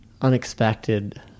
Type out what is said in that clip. unexpected